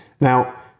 Now